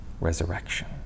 resurrection